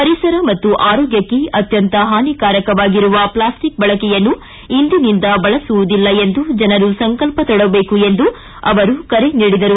ಪರಿಸರ ಮತ್ತು ಆರೋಗ್ಕಕ್ಕೆ ಅತ್ಯಂತ ಹಾನಿಕಾರವಾಗಿರುವ ಪ್ಲಾಸ್ಟಿಕ್ ಬಳಕೆಯನ್ನು ಇಂದಿನಿಂದ ಬಳಸುವುದಿಲ್ಲ ಎಂದು ಜನರು ಸಂಕಲ್ಪ ತೊಡಬೇಕು ಎಂದು ಕರೆ ನೀಡಿದರು